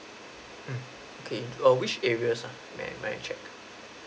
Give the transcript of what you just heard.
mm okay err which areas uh may I may I check